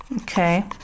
Okay